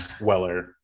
Weller